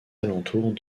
alentours